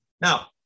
Now